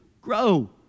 grow